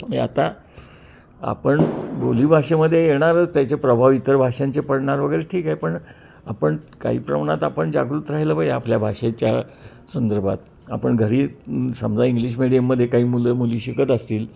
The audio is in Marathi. म्हणजे आता आपण बोलीभाषेमध्ये येणारच त्याचे प्रभाव इतर भाषांचे पडणार वगैरे ठीक आहे पण आपण काही प्रमाणात आपण जागृत राहिलं पाहिजे आपल्या भाषेच्या संदर्भात आपण घरी समजा इंग्लिश मीडियममध्ये काही मुलं मुली शिकत असतील